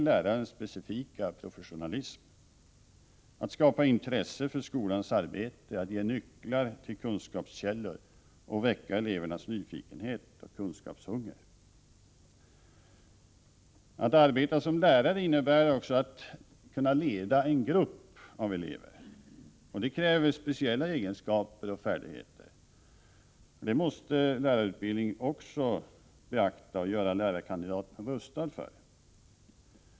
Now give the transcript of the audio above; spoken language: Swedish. Lärarens specifika professionalism är att skapa intresse för skolans arbete, att ge nyckeln till kunskapskällor och väcka elevernas nyfikenhet och kunskapshunger. Att arbeta som lärare innebär också att kunna leda en grupp av elever, och det kräver speciella egenskaper och färdigheter. Detta måste lärarutbildningen också beakta och göra lärarkandidaterna rustade för.